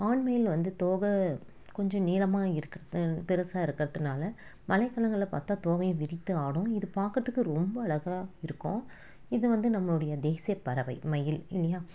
ஆண் மயில் வந்து தோகை கொஞ்சம் நீளமாக இருக்கிறது பெருசாக இருக்கிறதுனால மழைக் காலங்களில் பார்த்தா தோகையை விரித்து ஆடும் இது பார்க்குறதுக்கு ரொம்ப அழகாக இருக்கும் இது வந்து நம்மளுடைய தேசிய பறவை மயில் இல்லையா